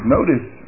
Notice